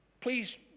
Please